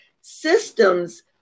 Systems